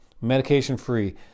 medication-free